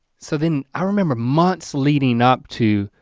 so then i remember months leading up to